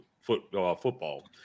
football